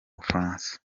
bufaransa